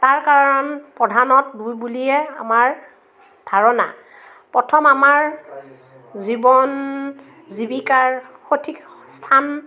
তাৰ কাৰণ প্ৰধানত বুলিয়ে আমাৰ ধাৰণা প্ৰথম আমাৰ জীৱন জীৱিকাৰ সঠিক স্থান